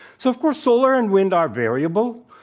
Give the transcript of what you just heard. so, of course, solar and wind are variable.